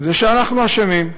זה שאנחנו אשמים,